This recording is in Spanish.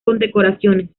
condecoraciones